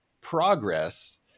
progress